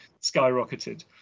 skyrocketed